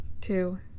two